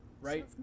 right